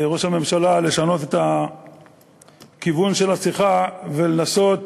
ראש הממשלה, לשנות את הכיוון של השיחה ולנסות